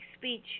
speech